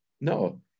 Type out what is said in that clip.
No